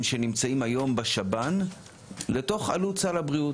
שנמצאים היום בשב"ן לתוך עלות סל הבריאות,